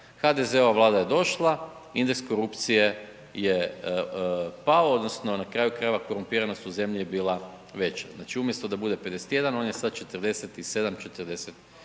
HDZ-ova vlada je došla, indeks korupcije je pao odnosno na kraju krajeva korumpiranost u zemlji je bila veća. Znači umjesto da bude 51 on je sad 47, 48.